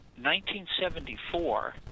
1974